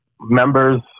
members